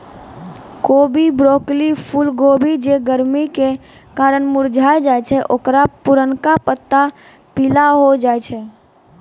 कोबी, ब्रोकली, फुलकोबी जे गरमी के कारण मुरझाय जाय छै ओकरो पुरनका पत्ता पीला होय जाय छै